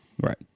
Right